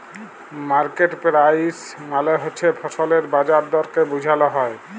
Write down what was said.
market price মালে হছে ফসলের বাজার দরকে বুঝাল হ্যয়